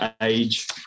age